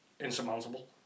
insurmountable